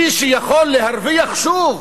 מי שיכול להרוויח שוב